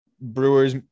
Brewers